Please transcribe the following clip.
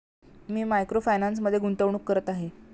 मी micro फायनान्समध्ये गुंतवणूक करत आहे